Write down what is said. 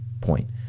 point